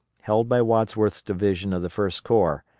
held by wadsworth's division of the first corps,